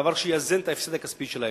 דבר שיאזן את ההפסד הכספי שלהם.